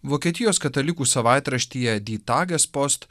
vokietijos katalikų savaitraštyje dytagespost